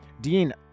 Dean